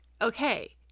okay